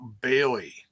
Bailey